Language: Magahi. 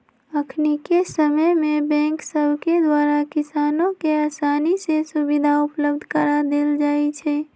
अखनिके समय में बैंक सभके द्वारा किसानों के असानी से सुभीधा उपलब्ध करा देल जाइ छइ